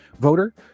voter